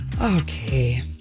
Okay